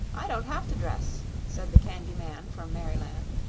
i don't have to dress, said the candy man from merryland.